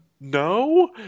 no